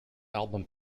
album